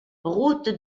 route